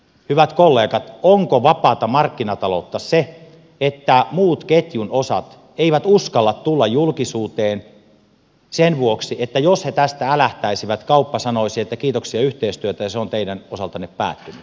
hyvät kollegat onko vapaata markkinataloutta se että muut ketjun osat eivät uskalla tulla julkisuuteen sen vuoksi että jos he tästä älähtäisivät kauppa sanoisi että kiitoksia yhteistyöstä ja se on teidän osaltanne päättynyt